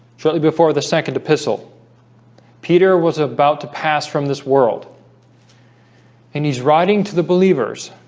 shortly before the second epistle peter was about to pass from this world and he's writing to the believers